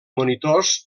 monitors